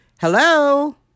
Hello